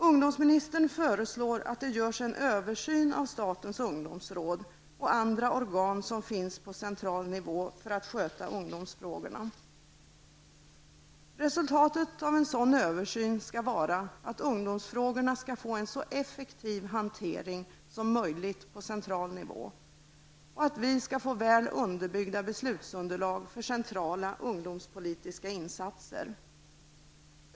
Ungdomsministern föreslår att det görs en översyn av statens ungdomsråd och andra organ som finns på central nivå för att sköta ungdomsfrågorna. Resultatet av en sådan översyn skall vara att ungdomsfrågorna skall få en så effektiv hantering som möjligt på central nivå och att vi skall få väl underbyggda beslutsunderlag för centrala ungdomspolitiska insatser.